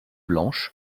blanche